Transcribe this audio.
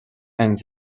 and